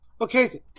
Okay